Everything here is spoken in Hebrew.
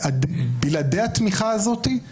בלעדי התמיכה הזאת היא